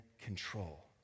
control